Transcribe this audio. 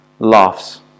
laughs